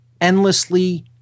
endlessly